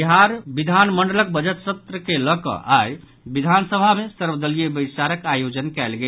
बिहार विधानमंडलक बजट सत्र के लऽकऽ आइ विधानसभा मे सर्वदलीय बैसारक आयोजन कयल गेल